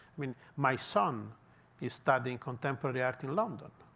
mean, my son is studying contemporary art in london.